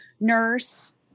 nurse